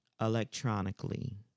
electronically